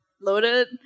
loaded